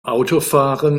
autofahren